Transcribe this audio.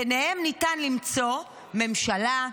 ביניהן ניתן למצוא: ממשלה,